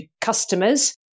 customers